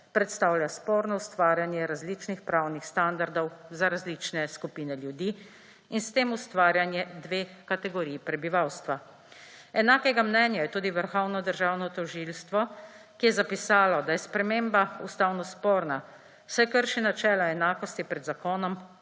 predstavlja sporno ustvarjanje različnih pravnih standardov za različne skupine ljudi in s tem ustvarjanje dveh kategorij prebivalstva. Enakega mnenja je tudi Vrhovno državno tožilstvo, ki je zapisalo, da je sprememba ustavno sporna, saj krši načela enakosti pred zakonom,